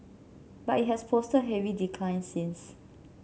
but it has posted heavy declines since